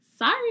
sorry